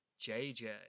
JJ